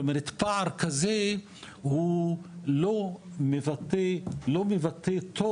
זאת אומרת פער כזה הוא לא מבטא טוב